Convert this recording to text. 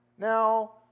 Now